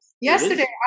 Yesterday